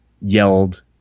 yelled